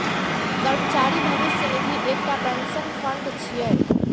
कर्मचारी भविष्य निधि एकटा पेंशन फंड छियै